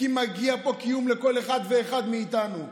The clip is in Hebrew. כי מגיע פה קיום לכל אחד ואחד מאיתנו,